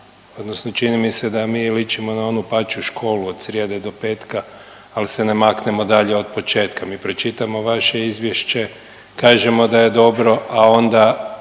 odnosno čini mi se da mi ličimo na onu pačju školu „od srijede do petka, al se ne maknemo dalje od početka“, mi pročitamo vaše izvješće, kažemo da je dobro, a onda